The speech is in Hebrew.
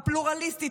הפלורליסטית,